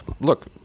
look